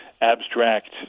abstract